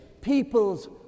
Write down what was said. people's